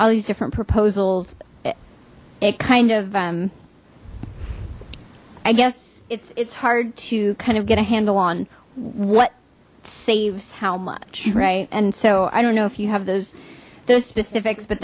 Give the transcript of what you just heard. all these different proposals it it kind of i guess it's it's hard to kind of get a handle on what saves how much right and so i don't know if you have those those specifics but